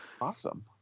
Awesome